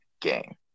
game